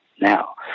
now